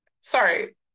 Sorry